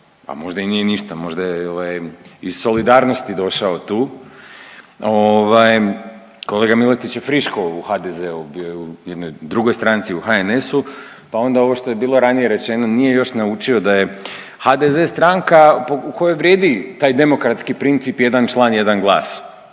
a možda i nije ništa. Možda je iz solidarnosti došao tu. Kolega Milatić je friško u HDZ-u, bio je u jednoj drugoj stranci u HNS-u pa onda ovo što je bilo ranije rečeno nije još naučio da je HDZ stranka u kojoj vrijedi taj demokratski princip jedan član, jedan glas